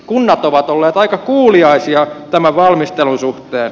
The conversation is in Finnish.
kunnat ovat olleet aika kuuliaisia tämän valmistelun suhteen